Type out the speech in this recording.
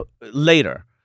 later